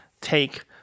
take